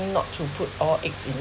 not to put all eggs in